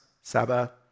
Saba